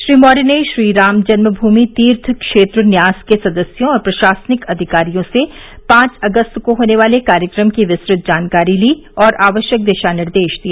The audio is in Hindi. श्री मौर्य ने श्रीराम जन्म भूमि तीर्थ क्षेत्र न्यास के सदस्यों और प्रशासनिक अधिकारियों से पांच अगस्त को होने वाले कार्यक्रम की विस्तत जानकारी ली और आवश्यक दिशा निर्देश दिए